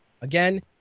Again